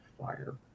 fire